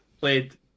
played